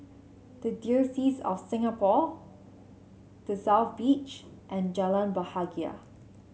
the Diocese of Singapore The South Beach and Jalan Bahagia